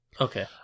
Okay